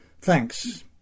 thanks